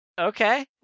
Okay